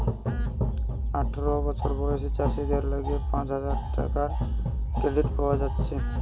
আঠারো বছর বয়সী চাষীদের লিগে পাঁচ হাজার টাকার ক্রেডিট পাওয়া যাতিছে